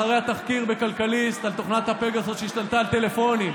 אחרי התחקיר בכלכליסט על תוכנת הפגסוס שהשתלטה על טלפונים,